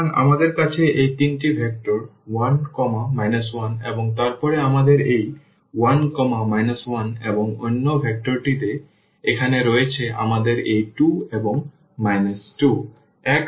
সুতরাং আমাদের কাছে এই 3 ভেক্টর 1 1 এবং তারপরে আমাদের এই 1 1 এবং অন্য ভেক্টর টি এখানে রয়েছে আমাদের এই 2 এবং 2